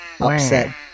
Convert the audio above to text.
upset